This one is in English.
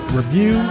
review